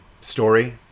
story